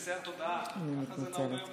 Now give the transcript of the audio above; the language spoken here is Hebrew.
מהנדסי התודעה, ככה נהוג היום להגיד.